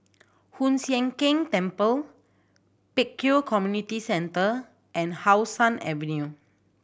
Hoon Sian Keng Temple Pek Kio Community Centre and How Sun Avenue